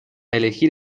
elegir